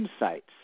insights